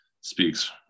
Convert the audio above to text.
speaks